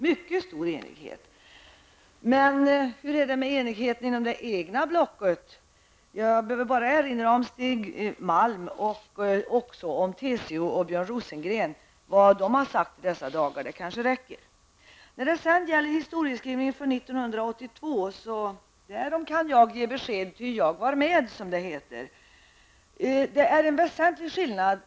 Men hur är det med enigheten inom det egna blocket, Doris Håvik? Jag kan erinra om vad Stig Malm och TCOs Björn Rosengren har uttalat de senaste dagarna. Det kanske räcker. Om historieskrivningen från 1982 kan jag ge besked. Jag var nämligen med, som det heter.